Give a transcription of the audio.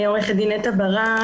אני עורכת דין נטע ברק,